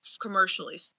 commercially